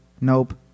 nope